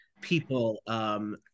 people